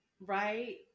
right